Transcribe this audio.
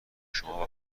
شما